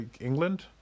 England